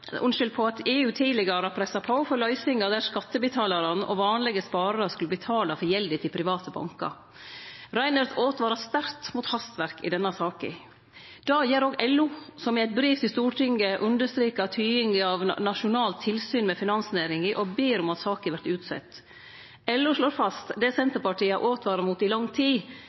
Finanskriseutvalet, på at EU tidlegare har pressa på for løysingar der skattebetalarane og vanlege spararar skulle betale for gjelda til private banker. Reinert åtvara sterkt mot hastverk i denne saka. Det gjer også LO, som i eit brev til Stortinget understrekar tydinga av nasjonalt tilsyn med finansnæringa og ber om at saka vert utsett. LO slår fast det Senterpartiet har åtvara mot i lang tid,